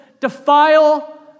Defile